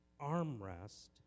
armrest